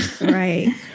Right